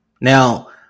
Now